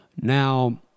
Now